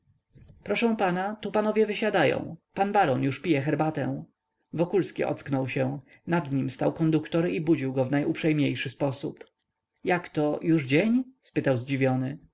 proszę pana tu panowie wysiadają pan baron już pije herbatę wokulski ocknął się nad nim stal konduktor i budził go w najuprzejmiejszy sposób jakto już dzień spytał zdziwiony